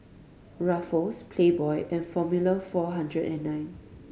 Ruffles Playboy and Formula Four Hundred And Nine